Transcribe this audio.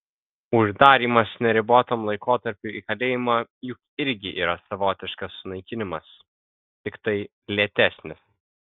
uždarymas neribotam laikotarpiui į kalėjimą juk irgi yra savotiškas sunaikinimas tiktai lėtesnis